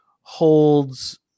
holds